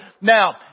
Now